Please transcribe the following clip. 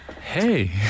Hey